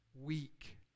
weak